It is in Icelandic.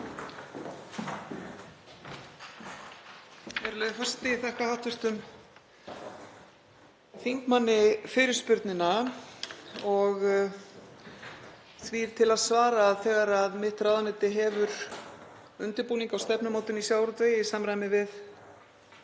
Ég þakka hv. þingmanni fyrirspurnina. Því er til að svara að þegar mitt ráðuneyti hefur undirbúning á stefnumótun í sjávarútvegi í samræmi við